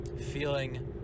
feeling